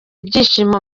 ibyishimo